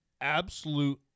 absolute